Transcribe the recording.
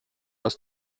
aus